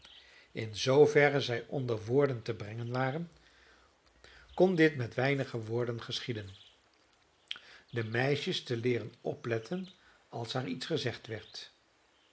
in zooverre zij onder woorden te brengen waren kon dit met weinige woorden geschieden de meisjes te leeren opletten als haar iets gezegd werd